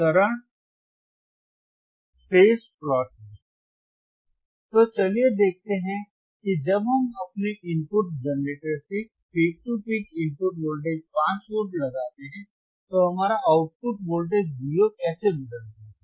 तो चलिए देखते हैं कि जब हम अपने इनपुट जनरेटर से peak to peak input voltage 5 volt लगाते हैं तो हमारा आउटपुट वोल्टेज Vo कैसे बदलता है